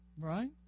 Right